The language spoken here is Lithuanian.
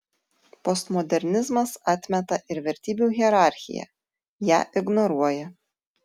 postmodernizmas atmeta ir vertybių hierarchiją ją ignoruoja